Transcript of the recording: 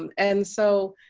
um and so,